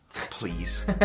Please